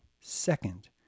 second